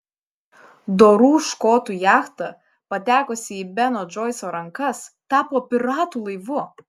dorų škotų jachta patekusi į beno džoiso rankas tapo piratų laivu